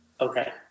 Okay